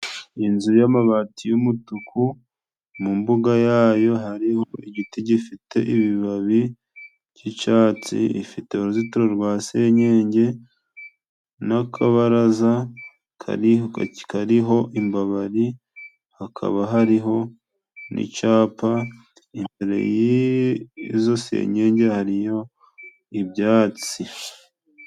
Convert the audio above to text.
Inzu y'amabati y'umutuku, mu mbuga yayo hariho igiti gifite ibibabi by'icyatsi. Ifite uruzitiro rwa senyenge n'akabaraza kariho imbabari, hakaba hariho n'icyapa. Imbere y' izi senyenge hariho ibyatsi.